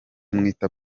mwita